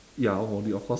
ya moldy of course